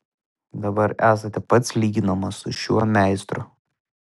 dabar esate pats lyginamas su šiuo meistru